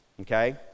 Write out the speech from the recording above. okay